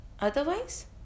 Otherwise